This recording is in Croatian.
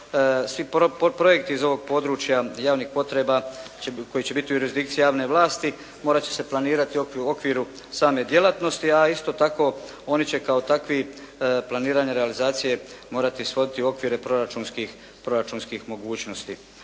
svi projekti iz ovog područja javnih potreba koji će biti u jurisdikciji javne vlasti morat će se planirati u okviru same djelatnosti a isto tako oni će kao takvi planiranje realizacije morati svoditi u okvire proračunskih mogućnosti.